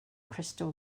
crystal